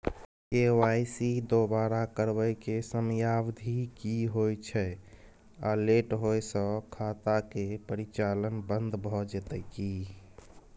KYC दोबारा करबै के समयावधि की होय छै आ लेट होय स खाता के परिचालन बन्द भ जेतै की?